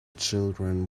children